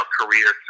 career